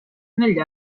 negli